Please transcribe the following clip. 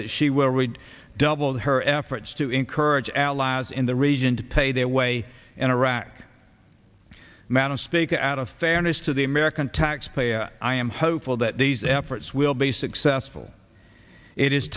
that she will read double her efforts to encourage allies in the region to pay their way in iraq madam speaker out of fairness to the american taxpayer i am hopeful that these efforts will be successful it is